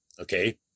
okay